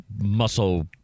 muscle